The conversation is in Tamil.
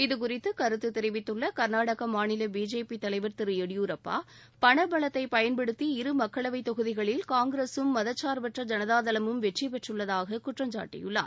இதுகுறித்து கருத்து தெரிவித்துள்ள க்நாடகா மாநில பிஜேபி தலைவர் திரு எடியூரப்பா பண பலத்தை பயன்படுத்தி இரு மக்களவைத் தொகுதிகளில் காங்கிரகம் மதசாா்பற்ற ஜனதாதளமும் வெற்றிபெற்றுள்ளதாக குற்றம் சாட்டியுள்ளார்